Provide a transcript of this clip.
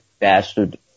bastard